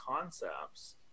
concepts